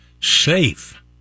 safe